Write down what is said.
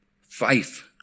Faith